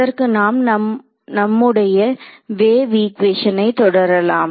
அதற்கும் நாம் நம் நம்முடை வேவ் ஈக்குவேஷனை தொடரலாம்